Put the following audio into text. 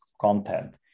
content